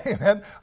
Amen